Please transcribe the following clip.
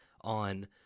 on